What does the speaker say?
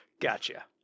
Gotcha